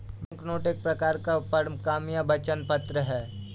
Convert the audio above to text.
banknote एक प्रकार का परक्राम्य वचन पत्र है